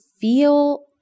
feel